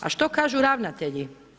A što kažu ravnatelji?